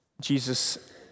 Jesus